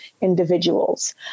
individuals